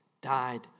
died